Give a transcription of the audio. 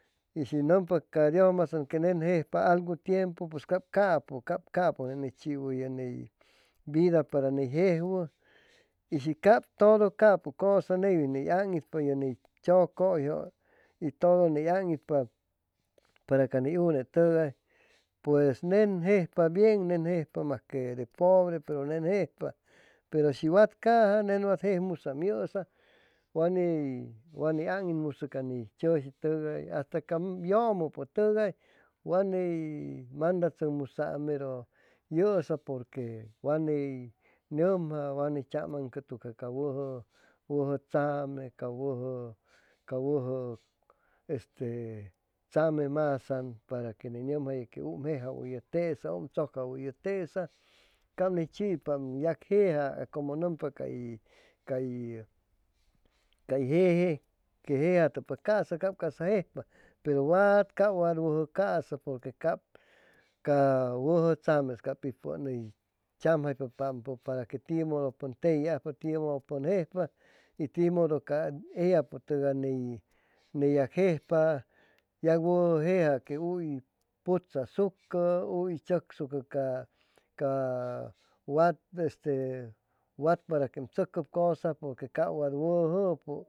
I shi numpa ca dius masang que nen jejpa algu tiempu pues cab capu cab capu nney chiwu u ney vida para neyjejwu i shi cab todo capuu cusa neywin ang'itpa yuney tsucuyju i todo ney ang'itpa para ca ni une tugay pues nen jejpa bien nen jejpa majque de pobre pero nen jejpa pero shi whatcaja nen waaj jejmuaamg yusa wani wani ang'it musu cani chuushi tugay hasta cam yumupu tugay waney mandatsucmusaam meru yusa porque waney numja waney tsamagn'catucpa ca wuju wuju tsame ca wuju ca wuju este tsame masang para que numjawuyu tesa jejawuyu tesa um tsucawuyu tesa cab ney chi'ipa yac jeja como numpa cay cay cay jeje que jejanumpa caa'sa caa'sa cajejpa pero wat ca wat wuju ca'sa porque cab ca wuju tsame cab pit pun huy tsamjaypampo para que tie'epu pun tejiajpa tie'epu pun jejpa i timudu ca ella pu tugay ney ney ajejpa yac wuju jeja que huy putaasucu huy tsucsucu ca ca cawad este wat para que um tsucucub cusa por que cab wad wujupu